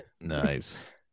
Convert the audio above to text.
nice